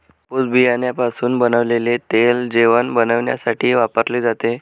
कापूस बियाण्यापासून बनवलेले तेल जेवण बनविण्यासाठी वापरले जाते